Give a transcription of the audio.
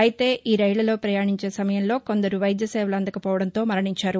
అయితే ఈ రైళ్లలో పయాణించే సమయంలో కొందరు వైద్య సేవలు అందకపోవడంతో మరణించారు